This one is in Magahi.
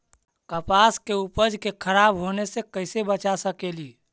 कपास के उपज के खराब होने से कैसे बचा सकेली?